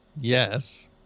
yes